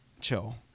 Chill